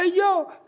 ah yo,